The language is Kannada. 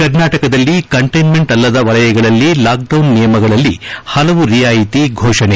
ಕರ್ನಾಟಕದಲ್ಲಿ ಕಂಟೈನ್ಮೆಂಟ್ ಅಲ್ಲದ ವಲಯಗಳಲ್ಲಿ ಲಾಕ್ಡೌನ್ ನಿಯಮಗಳಲ್ಲಿ ಹಲವು ರಿಯಾಯಿತಿ ಫೋಷಣೆ